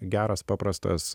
geras paprastas